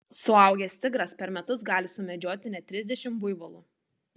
suaugęs tigras per metus gali sumedžioti net trisdešimt buivolų